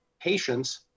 patients